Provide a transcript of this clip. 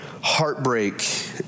heartbreak